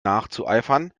nachzueifern